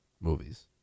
movies